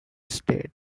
state